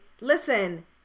listen